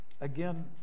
again